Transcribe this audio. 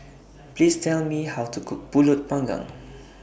Please Tell Me How to Cook Pulut Panggang